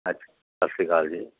ਅੱਛਾ ਸਤਿ ਸ਼੍ਰੀ ਅਕਾਲ ਜੀ